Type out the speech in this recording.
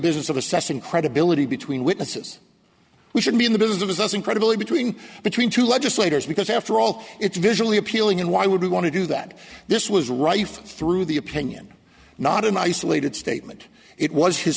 business of assessing credibility between witnesses we should be in the business of as us incredibly between between two legislators because after all it's visually appealing and why would we want to do that this was right through the opinion not an isolated statement it was his